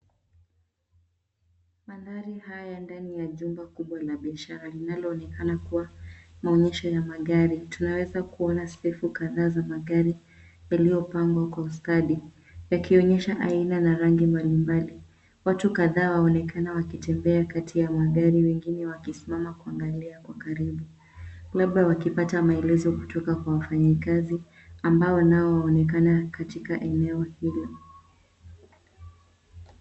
Mandhari haya ndani ya jumba kubwa la biashara linaloonekana kuwa, maonyesho ya magari. Tunaweza kuona safu kadhaa za magari, yaliyopangwa kwa stadi, akionyesha aina na rangi mbalimbali. Watu kadhaa waonekana wakitembea kati ya magari wengine wakisimama kuangalia kwa karibu. Labda wakipata maelezo kutoka kwa wafanyakazi, ambao nao wanaoonekana katika eneo hilo.